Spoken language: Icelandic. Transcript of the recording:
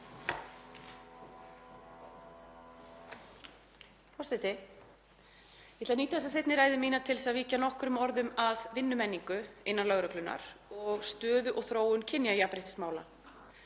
Forseti. Ég ætla að nýta þessa seinni ræðu mína til að víkja nokkrum orðum að vinnumenningu innan lögreglunnar og stöðu og þróun kynjajafnréttismála.